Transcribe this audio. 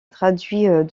traduit